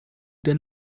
they